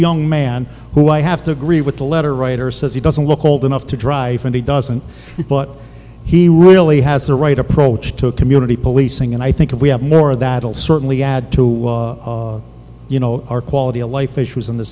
young man who i have to agree with the letter writer says he doesn't look old enough to drive and he doesn't but he really has the right approach to a community policing and i think if we have more that will certainly add to you know our quality of life issues in the